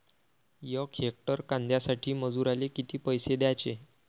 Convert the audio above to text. यक हेक्टर कांद्यासाठी मजूराले किती पैसे द्याचे?